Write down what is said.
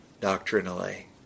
doctrinally